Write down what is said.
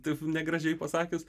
taip negražiai pasakius